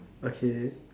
okay